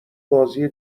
بازی